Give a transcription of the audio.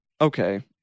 okay